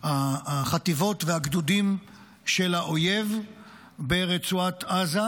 החטיבות והגדודים של האויב ברצועת עזה,